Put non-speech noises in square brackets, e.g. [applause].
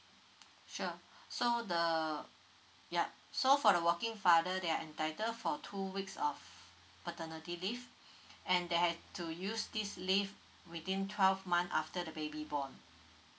sure [breath] so the ya so for the working father they are entitle for two weeks of paternity leave [breath] and they have to use this leave within twelve month after the baby born